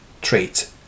trait